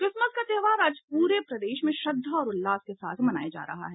Christmas का त्योहार आज पूरे प्रदेश में श्रद्धा और उल्लास के साथ मनाया जा रहा है